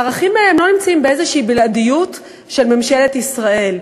הערכים האלה לא נמצאים בבלעדיות כלשהי של ממשלת ישראל,